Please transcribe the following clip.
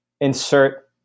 insert